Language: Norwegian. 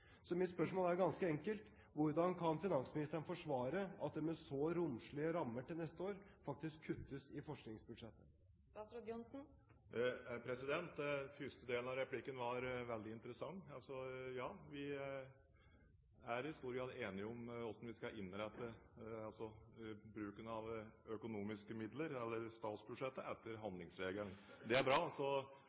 Så mitt spørsmål er ganske enkelt: Hvordan kan finansministeren forsvare at det med så romslige rammer til neste år faktisk kuttes i forskningsbudsjettet? Den første delen av replikken var veldig interessant. Vi er i stor grad enige om hvordan vi skal innrette bruken av økonomiske midler, eller statsbudsjettet, etter handlingsregelen. Det er bra.